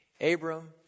Abram